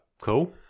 Cool